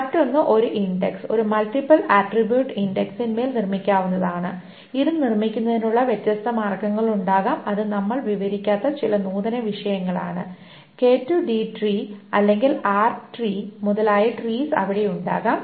മറ്റൊന്ന് ഒരു ഇൻഡക്സ് ഒരു മൾട്ടിപ്പിൾ ആട്രിബ്യൂട്ട് ഇൻഡെക്സിന്മേൽ നിർമ്മിക്കാവുന്നതാണ് ഇത് നിർമ്മിക്കുന്നതിനുള്ള വ്യത്യസ്ത മാർഗങ്ങളുണ്ടാകാം അത് നമ്മൾ വിവരിക്കാത്ത ചില നൂതന വിഷയങ്ങളാണ് കെ ഡി ട്രീ അല്ലെങ്കിൽ ആർ ട്രീ മുതലായ ട്രീസ് അവിടെ ഉണ്ടാവാം